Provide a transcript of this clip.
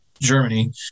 Germany